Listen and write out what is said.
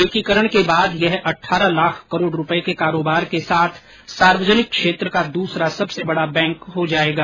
एकीकरण के बाद यह अठारह लाख करोड रुपये के कारोबार के साथ सार्वजनिक क्षेत्र का द्सरा सबसे बडा बैंक हो जाएगा